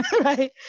right